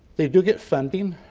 they do get funding,